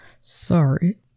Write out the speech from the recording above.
Sorry